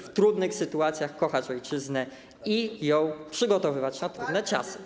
w trudnych sytuacjach kochać ojczyznę i ją przygotowywać na trudne czasy.